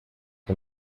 que